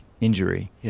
injury